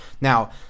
Now